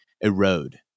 erode